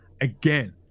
again